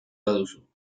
baduzu